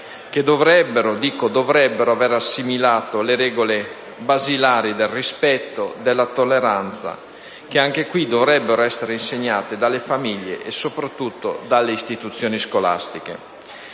dico dovrebbero - avere assimilato le regole basilari del rispetto e della tolleranza, che dovrebbero essere insegnate dalle famiglie e soprattutto dalle istituzioni scolastiche.